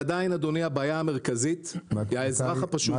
עדיין, אדוני, הבעיה המרכזית היא האזרח הפשוט.